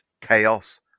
Chaos